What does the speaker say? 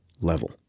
level